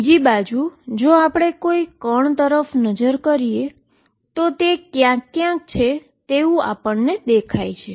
બીજી બાજુ જો આપણે કોઈ કણ તરફ નજર કરીએ તો તે ક્યાંક ક્યાંક છે તેવું જ દેખાય છે